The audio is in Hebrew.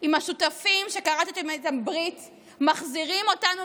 עם השותפים שכרתם איתם ברית מחזירים אותנו